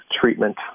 treatment